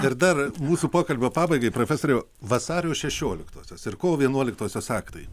ir dar mūsų pokalbio pabaigai profesoriau vasario šešioliktosios ir kovo vienuoliktosios aktai